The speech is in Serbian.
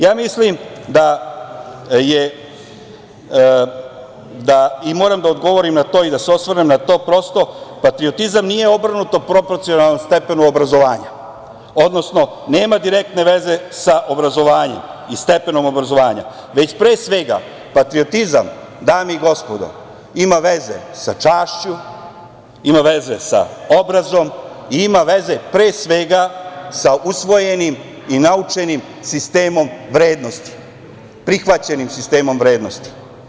Ja mislim da, moram da odgovorim na to i da se osvrnem na to, patriotizam nije obrnuto proporcionalan stepenu obrazovanja, odnosno nema direktne veze sa obrazovanjem i stepenom obrazovanja, već pre svega patriotizam, dame i gospodo, ima veze sa čašću, sa obrazom i, pre svega, sa usvojenim i naučenim sistemom vrednosti, prihvaćenim sistemom vrednosti.